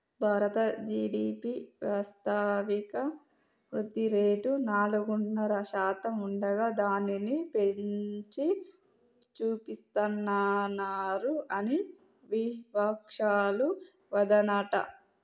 భారత జి.డి.పి వాస్తవిక వృద్ధిరేటు నాలుగున్నర శాతం ఉండగా దానిని పెంచి చూపిస్తానన్నారు అని వివక్షాలు వాదనట